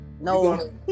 no